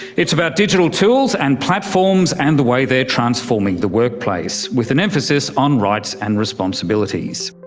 it's about digital tools and platforms and the way they're transforming the workplace, with an emphasis on rights and responsibilities.